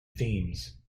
themes